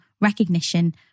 recognition